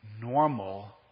normal